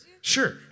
Sure